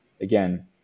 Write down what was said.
again